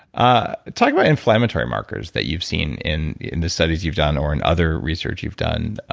ah talking about inflammatory markers that you've seen in in the studies you've done or in other research you've done,